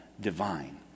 divine